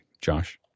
Josh